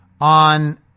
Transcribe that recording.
on